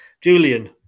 Julian